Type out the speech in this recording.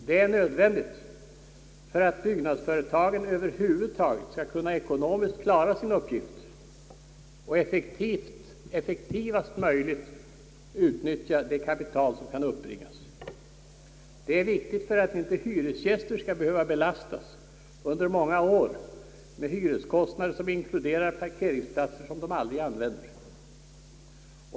Detta är nödvändigt för att byggnadsföretagen över huvud taget skall kunna ekonomiskt klara sin uppgift och effektivast möjligt utnyttja det kapital som kan uppbringas. Det är viktigt för att inte hyresgäster skall behöva belastas under många år med hyreskostnader som inkluderar parkeringsplatser som de aldrig använder.